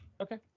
Okay